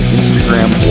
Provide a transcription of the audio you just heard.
Instagram